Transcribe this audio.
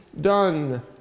done